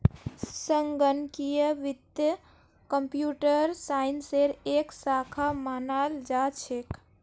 संगणकीय वित्त कम्प्यूटर साइंसेर एक शाखा मानाल जा छेक